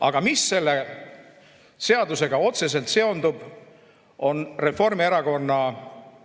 Aga mis selle seadusega otseselt seondub, on Reformierakonna